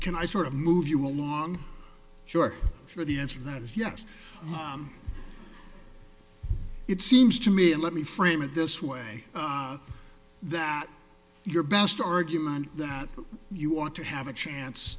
can i sort of move you along short for the answer that is yes it seems to me and let me frame it this way that your best argument that you want to have a chance